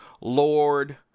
lord